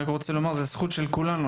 אני רק רוצה לומר, זה זכות של כולנו.